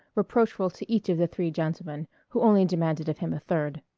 reproachful to each of the three gentlemen, who only demanded of him a third.